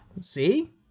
See